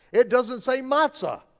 it doesn't say matzah,